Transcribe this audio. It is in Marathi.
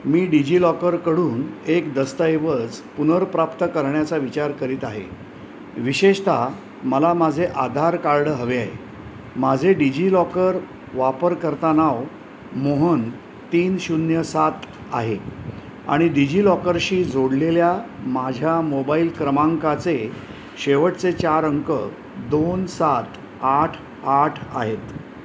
मी डिजिलॉकरकडून एक दस्तऐवज पुनर्प्राप्त करण्याचा विचार करीत आहे विशेषतः मला माझे आधारकार्ड हवे आहे माझे डिजिलॉकर वापरकर्ता नाव मोहन तीन शून्य सात आहे आणि डिजिलॉकरशी जोडलेल्या माझ्या मोबाईल क्रमांकाचे शेवटचे चार अंक दोन सात आठ आठ आहेत